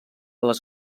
les